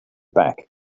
back